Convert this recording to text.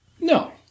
No